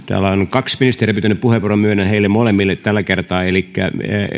kaksi ministeriä pyytänyt puheenvuoron ja myönnän heille molemmille tällä kertaa elikkä